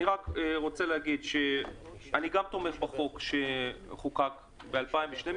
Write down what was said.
אני גם תומך בחוק שחוקק ב-2012,